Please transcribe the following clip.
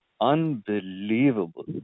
Unbelievable